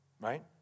right